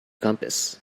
compass